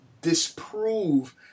disprove